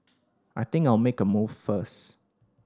I think I'll make a move first